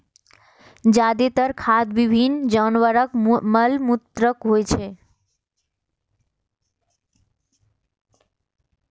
जादेतर खाद विभिन्न जानवरक मल मूत्र होइ छै